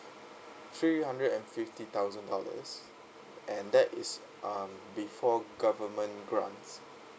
three hundred and fifty thousand dollars and that is um before government grant